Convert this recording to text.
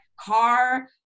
car